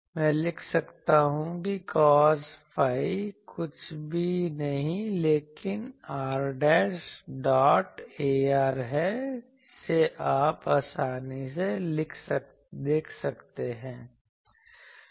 मैं लिख सकता हूँ कि cos psi कुछ भी नहीं है लेकिन r डॉट ar है जिसे आप आसानी से देख सकते हैं